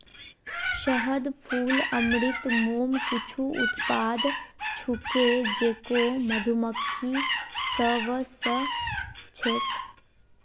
शहद, फूल अमृत, मोम कुछू उत्पाद छूके जेको मधुमक्खि स व स छेक